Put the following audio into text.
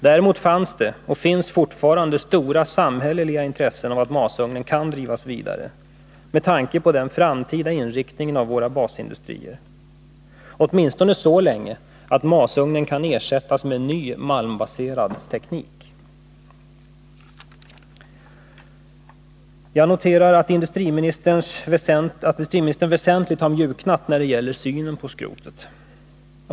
Däremot fanns det och finns fortfarande stora samhälleliga intressen av att masugnen kan drivas vidare med tanke på den framtida inriktningen av våra basindustrier. Åtminstone så länge att masugnen kan ersättas med ny malmbaserad teknik. Jag noterar att industriministern väsentligt har mjuknat när det gäller synen på skrotet.